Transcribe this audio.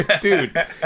Dude